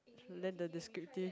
to learn the descriptive